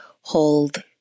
hold